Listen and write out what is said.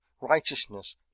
righteousness